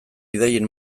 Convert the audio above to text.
ideien